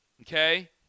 Okay